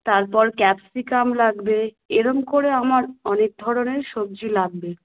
তারপর ক্যাপসিকাম লাগবে এরকম করে আমার অনেক ধরনের সবজি লাগবে